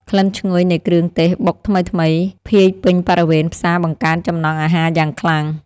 ក្លិនឈ្ងុយនៃគ្រឿងទេសបុកថ្មីៗភាយពេញបរិវេណផ្សារបង្កើនចំណង់អាហារយ៉ាងខ្លាំង។